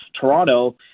Toronto